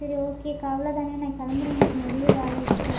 சரி ஓகேக்கா அவ்ளோதானே நான் கிளம்புறேன் எனக்கு நிறைய வேலை இருக்கு